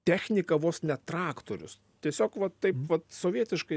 technika vos ne traktorius tiesiog vat taip vat sovietiškai